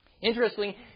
Interestingly